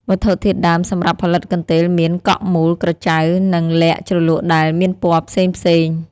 វត្ថុធាតុដើមសំរាប់ផលិតកន្ទេលមាន កក់មូល ក្រចៅ និងល័ខជ្រលក់ដែល មានពណ៌ផ្សេងៗ។